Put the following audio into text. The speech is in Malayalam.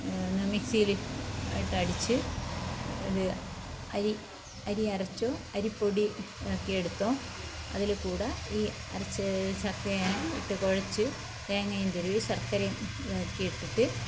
ഞാൻ മിക്സിയിൽ ഇട്ട് അടിച്ച് ഇത് അരി അരി അരച്ചോ അരിപ്പൊടി ആക്കിയെടുത്തോ അതിൽകൂടി ഈ അരച്ച ചക്കയും ഇട്ടു കുഴച്ച് തേങ്ങയും ചിരകി ശർക്കരയും ഇതാക്കി ഇട്ടിട്ട്